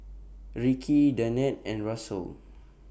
Rikki Danette and Russel